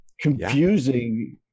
confusing